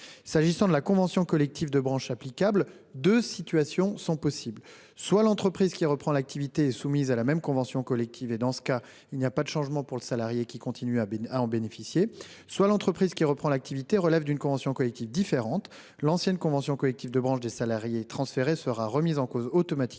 S'agissant de la convention collective de branche applicable, deux situations sont possibles. Si l'entreprise qui reprend l'activité est soumise à la même convention collective, il n'y a pas de changement pour le salarié, qui continue à en bénéficier. Si elle relève d'une convention collective différente, l'application de l'ancienne convention collective de branche des salariés transférés sera automatiquement